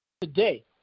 Today